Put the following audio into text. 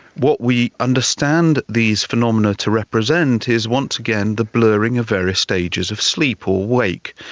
what we understand these phenomena to represent is once again the blurring of various stages of sleep or wake,